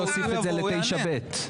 מטיילים על הר הבית,